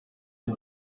den